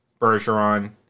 Bergeron